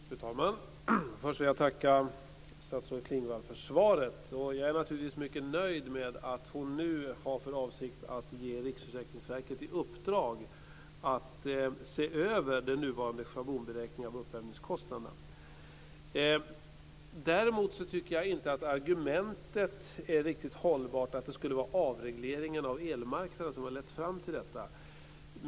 Fru talman! Först vill jag tacka statsrådet Klingvall för svaret. Jag är naturligtvis mycket nöjd med att hon nu har för avsikt att ge Riksförsäkringsverket i uppdrag att se över den nuvarande schablonberäkningen av uppvärmingskostnaderna. Däremot tycker jag inte att argumentet är riktigt hållbart att det skulle vara avregleringen av elmarknaden som lett fram till detta.